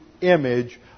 image